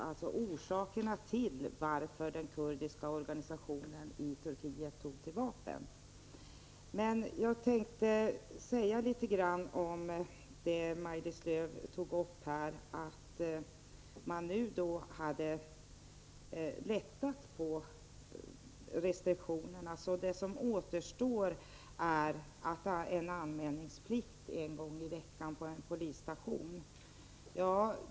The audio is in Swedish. Försökte regeringen utröna varför den kurdiska organisationen i Turkiet tog till vapen? Maj-Lis Lööw nämnde att regeringen hade lättat på restriktionerna så att de terroriststämplade kurderna bara behövde anmäla sig en gång i veckan på en polisstation.